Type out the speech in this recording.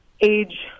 age